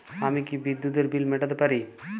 আমি কি বিদ্যুতের বিল মেটাতে পারি?